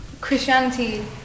Christianity